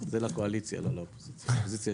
זה לקואליציה לא לאופוזיציה.